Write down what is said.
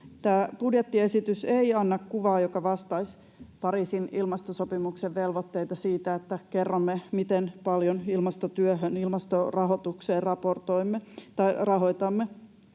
Tämä budjettiesitys ei anna kuvaa, joka vastaisi Pariisin ilmastosopimuksen velvoitteita siitä, että kerromme, miten paljon ilmastotyöhön, ilmastorahoitukseen rahoitamme.